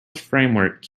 framework